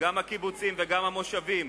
גם הקיבוצים וגם המושבים